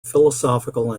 philosophical